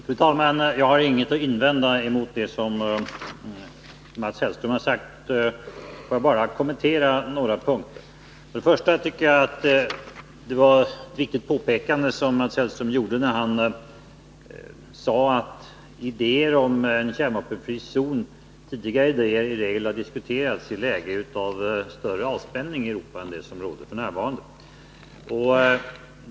Fru talman! Jag har inget att invända mot det som Mats Hellström har sagt. Får jag bara kommentera några punkter. För det första tycker jag att Mats Hellström gjorde ett viktigt påpekande när han sade att idéer om en kärnvapenfri zon tidigare i regel har diskuterats i lägen av större avspänning i Europa än som råder f. n.